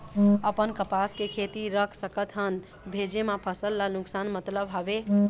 अपन कपास के खेती रख सकत हन भेजे मा फसल ला नुकसान मतलब हावे?